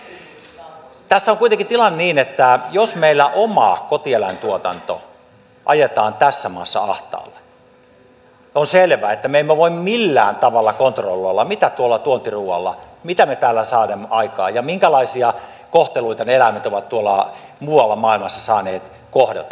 tässä on kuitenkin tilanne niin että jos meillä oma kotieläintuotanto ajetaan tässä maassa ahtaalle on selvää että me emme voi millään tavalla kontrolloida mitä me tuontiruualla täällä saamme aikaan ja minkälaisia kohteluita ne eläimet ovat muualla maailmassa saaneet kohdata